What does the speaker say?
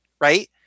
right